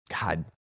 God